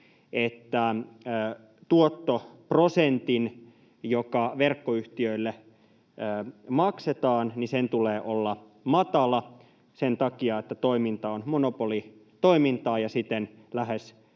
että tuottoprosentin, joka verkkoyhtiöille maksetaan, tulee olla matala sen takia, että toiminta on monopolitoimintaa ja siten lähes